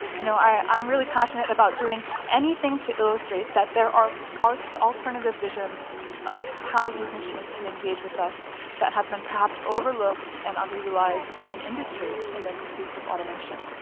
you know i i'm really passionate about doing anything to illustrate that there are are alternative visions of how these machines can engage with us that have been perhaps overlooked and underutilized in industry in their pursuit of automation.